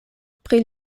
pri